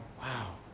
Wow